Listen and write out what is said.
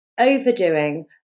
overdoing